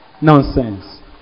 Nonsense